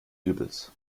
übels